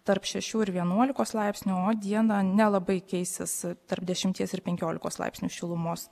tarp šešių ir vienuolikos laipsnių o dieną nelabai keisis tarp dešimties ir penkiolikos laipsnių šilumos